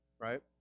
right